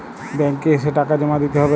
Bank এ এসে টাকা জমা দিতে হবে?